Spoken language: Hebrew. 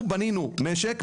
אנחנו בנינו משק,